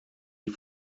die